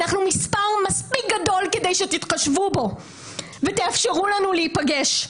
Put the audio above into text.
אנחנו מספר מספיק גדול כדי שתתחשבו בו ותאפשרו לנו להיפגש.